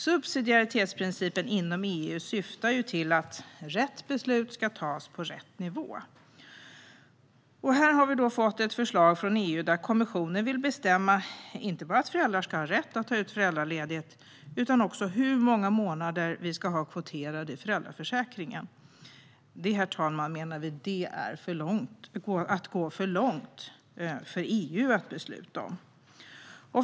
Subsidiaritetsprincipen inom EU syftar till att rätt beslut ska fattas på rätt nivå. Här har vi nu fått ett förslag från EU där kommissionen vill bestämma inte bara att föräldrar ska ha rätt att ta ut föräldraledighet utan också hur många månader vi ska ha kvoterade i föräldraförsäkringen. Det, herr talman, menar vi är att gå för långt för EU att besluta om.